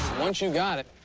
once you got it,